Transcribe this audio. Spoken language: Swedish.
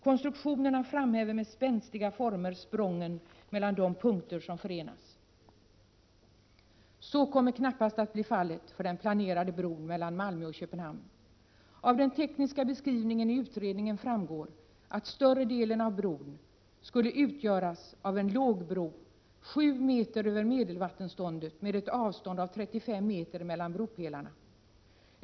Konstruktionernå framhäver med spänstiga former Öresundsförsprången mellan de punkter som förenas. Så kommer knappast att bli fallet blädelserna med den planerade bron mellan Malmö och Köpenhamn. Av den tekniska beskrivningen i utredningen framgår att större delen av bron skulle utgöras av en lågbro 7 m över medelvattenståndet med ett avstånd av 35 m mellan bropelarna.